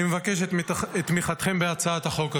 אני מבקש את תמיכתכם בהצעת החוק הזאת.